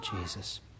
Jesus